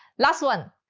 last one,